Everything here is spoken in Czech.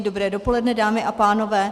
Dobré dopoledne, dámy a pánové.